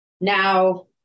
Now